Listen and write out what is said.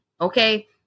Okay